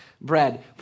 bread